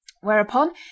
whereupon